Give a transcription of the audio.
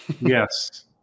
yes